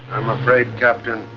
i'm afraid, captain,